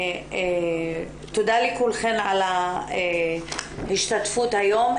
תודה לכולכן על ההשתתפות היום,